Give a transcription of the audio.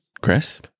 Chris